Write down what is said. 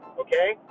okay